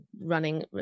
running